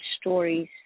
stories